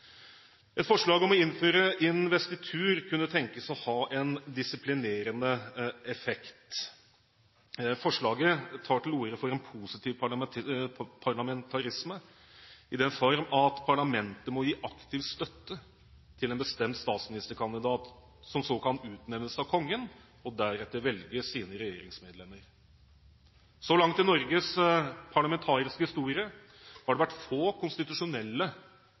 Et forslag om å innføre investitur kunne tenkes å ha en disiplinerende effekt. Forslaget tar til orde for en positiv parlamentarisme, i den form at parlamentet må gi aktiv støtte til en bestemt statsministerkandidat, som så kan utnevnes av Kongen og deretter velge sine regjeringsmedlemmer. Så langt i Norges parlamentariske historie har det vært få konstitusjonelle